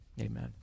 Amen